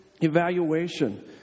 evaluation